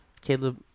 caleb